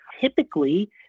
Typically